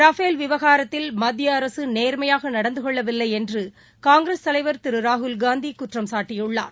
Rafale விவகாரத்தில் மத்தியஅரசுநேர்மையாகநடந்துகொள்ளவில்லைஎன்றுகாங்கிரஸ் தலைவர் திருராகுல்காந்திகுற்றம் சாட்டியுள்ளார்